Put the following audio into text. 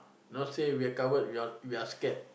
now say we're coward we all we are scared